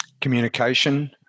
Communication